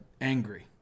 angry